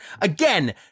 Again